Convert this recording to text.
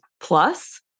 plus